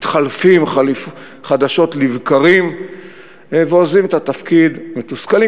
מתחלפים חדשות לבקרים ועוזבים את התפקיד מתוסכלים,